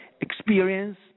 experience